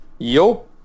Yo